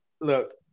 look